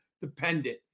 dependent